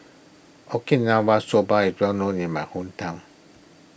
Okinawa Soba is well known in my hometown